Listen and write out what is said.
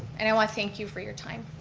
and i want to thank you for your time.